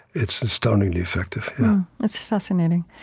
it's astoundingly effective that's fascinating.